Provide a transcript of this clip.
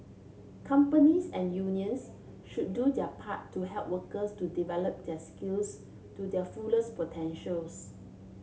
companies and unions should do their part to help workers to develop their skills to their fullest potentials